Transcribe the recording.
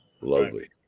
lovely